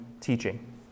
teaching